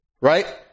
right